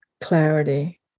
clarity